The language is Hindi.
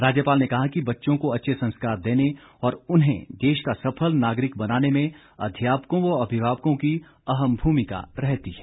राज्यपाल ने कहा कि बच्चों को अच्छे संस्कार देने और उन्हें देश का सफल नागरिक बनाने में अध्यापकों व अभिभावकों की अहम भूमिका रहती है